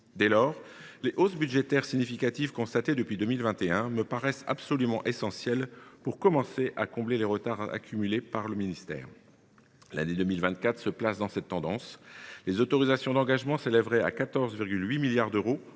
justice. Les hausses budgétaires significatives constatées depuis 2021 me paraissent absolument essentielles pour commencer à combler les retards accumulés par le ministère. L’année 2024 se place dans cette tendance : les autorisations d’engagement s’élèveraient à 14,8 milliards d’euros,